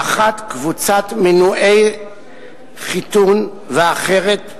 האחת, קבוצת מנועי חיתון, והאחרת,